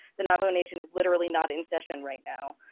the navajo nation is literally not in session right now.